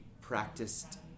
practiced